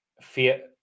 fear